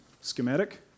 schematic